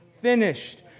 finished